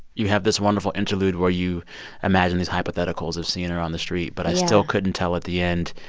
you have this wonderful interlude where you imagine these hypotheticals of seeing her on the street yeah but i still couldn't tell at the end.